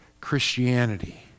Christianity